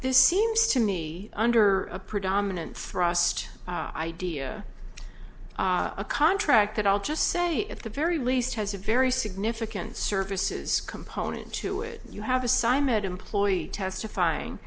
this seems to me under a predominant frost idea a contract that i'll just say at the very least has a very significant services component to it you have assignment employee testifying